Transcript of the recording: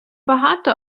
багато